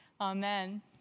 Amen